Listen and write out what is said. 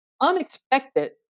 unexpected